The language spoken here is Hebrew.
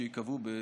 שייקבעו בחוק.